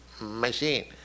machine